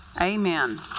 Amen